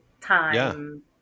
time